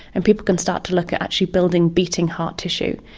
and people can start to look at actually building beating-heart tissue.